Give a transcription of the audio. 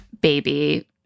Baby